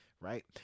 right